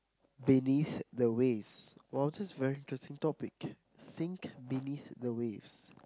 beneath the waist oh that's a very interesting topic think beneath the waist